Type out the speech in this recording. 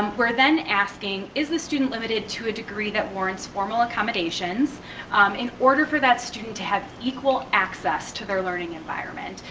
we're then asking is the student limited to a degree that warrants formal accommodations in order for that student to have equal access to their learning environment?